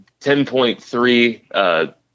10.3